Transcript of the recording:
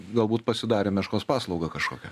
galbūt pasidarėm meškos paslaugą kažkokią